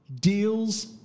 deals